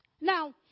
Now